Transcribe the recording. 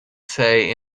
say